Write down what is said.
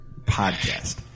podcast